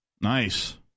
Nice